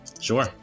Sure